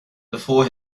before